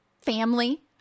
family